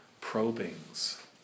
probings